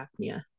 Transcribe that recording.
apnea